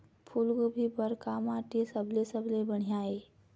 फूलगोभी बर का माटी सबले सबले बढ़िया ये?